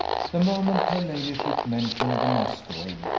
the moment her ladyship mentioned the masquerade,